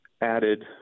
added